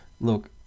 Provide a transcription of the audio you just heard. look